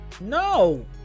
No